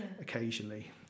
occasionally